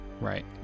right